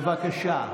בבקשה.